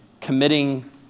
committing